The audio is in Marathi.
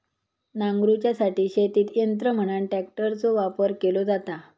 नांगरूच्यासाठी शेतीत यंत्र म्हणान ट्रॅक्टरचो वापर केलो जाता